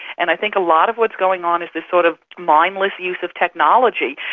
and i think a lot of what is going on is this sort of mindless use of technology.